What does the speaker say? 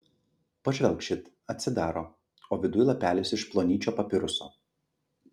pažvelk šit atsidaro o viduj lapelis iš plonyčio papiruso